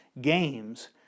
games